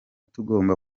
tugomba